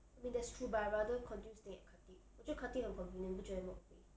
I mean that's true but I rather continue staying at khatib 我觉得 khatib 很 convenient 你不觉得吗宝贝